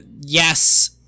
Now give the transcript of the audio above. yes